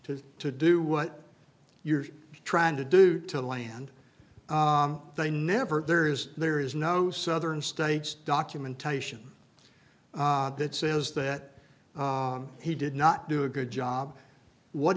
to to do what you're trying to do to land they never there is there is no southern states documentation that says that he did not do a good job what